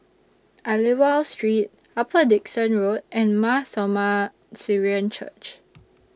Aliwal Street Upper Dickson Road and Mar Thoma Syrian Church